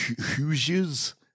Hoosiers